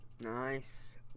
nice